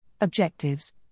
Objectives